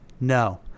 No